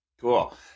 Cool